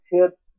tips